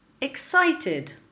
Excited